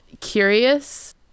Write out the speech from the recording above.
curious